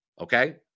Okay